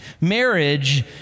Marriage